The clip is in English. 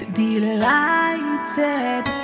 delighted